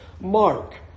Mark